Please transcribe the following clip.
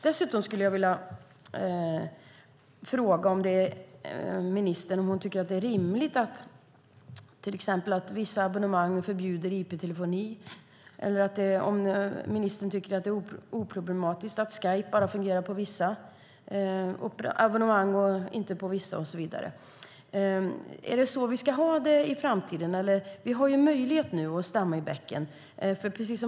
Dessutom skulle jag vilja fråga statsrådet om hon tycker att det är rimligt att vissa abonnemang förbjuder exempelvis IP-telefoni eller om hon tycker att det är oproblematiskt att Skype bara fungerar i vissa abonnemang och inte i andra? Är det så vi ska ha det i framtiden, eller? Nu har vi möjlighet att stämma i bäcken.